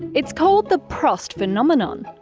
it's called the proust phenomenon.